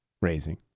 raising